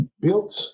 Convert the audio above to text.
built